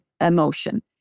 emotion